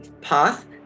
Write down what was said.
path